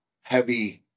heavy